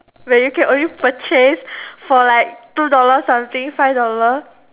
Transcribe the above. where you can only purchase for like two dollar something five dollar